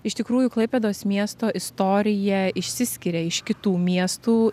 iš tikrųjų klaipėdos miesto istorija išsiskiria iš kitų miestų